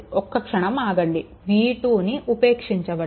ఒక క్షణం ఆగండి v2ను ఉపేక్షించవద్దు